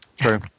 True